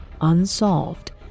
unsolved